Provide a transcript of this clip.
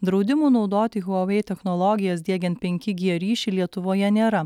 draudimų naudoti huawei technologijas diegiant penki g ryšį lietuvoje nėra